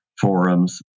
forums